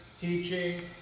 teaching